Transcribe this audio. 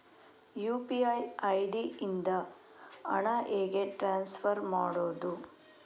UPI ID ಇಂದ ಹಣ ಹೇಗೆ ಟ್ರಾನ್ಸ್ಫರ್ ಮಾಡುದು?